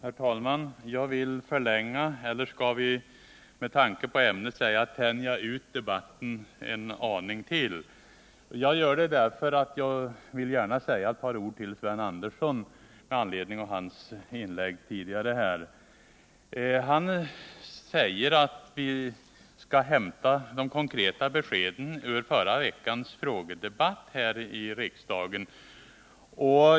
Herr talman! Jag vill förlänga — eller skall vi med tanke på ämnet säga tänja ut— debatten en aning till. Jag gör det därför att jag gärna vill säga ett par ord till Sven Andersson med anledning av hans inlägg tidigare. Han säger att vi skall hämta de konkreta beskeden från förra veckans frågedebatt här i riksdagen.